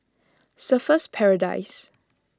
Surfer's Paradise